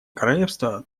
королевство